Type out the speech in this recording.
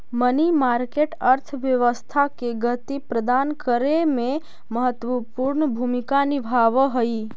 money market अर्थव्यवस्था के गति प्रदान करे में महत्वपूर्ण भूमिका निभावऽ हई